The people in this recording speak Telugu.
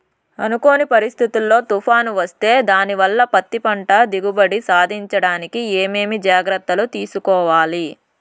అనుకోని పరిస్థితుల్లో తుఫాను వస్తే దానివల్ల పత్తి పంట దిగుబడి సాధించడానికి ఏమేమి జాగ్రత్తలు తీసుకోవాలి?